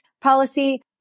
policy